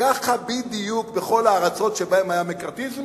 ככה בדיוק, בכל הארצות שבהן היה מקארתיזם,